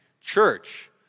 church